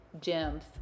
gems